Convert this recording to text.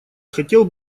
хотел